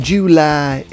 July